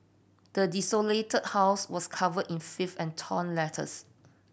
the desolated house was cover in filth and torn letters